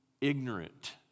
ignorant